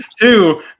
Two